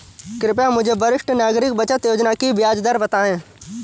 कृपया मुझे वरिष्ठ नागरिक बचत योजना की ब्याज दर बताएं?